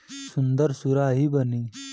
सुन्दर सुराही बनी